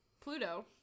Pluto